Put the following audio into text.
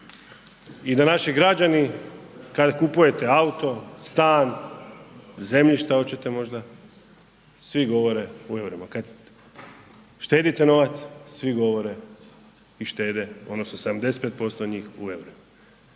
i da naši građani kad kupujete auto, stan, zemljišta oćete možda, svi govore u EUR-ima, kad štedite novac, svi govore i štede odnosno 75% njih u